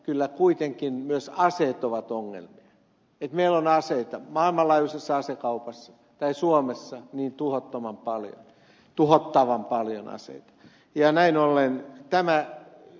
kyllä kuitenkin myös aseet ovat ongelmia ja se että meillä on aseita maailmanlaajuisessa asekaupassa tai suomessa niin tuhottoman paljon tuhottavan paljon aseita